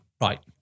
right